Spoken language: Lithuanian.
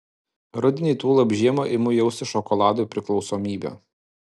rudenį tuolab žiemą imu jausti šokoladui priklausomybę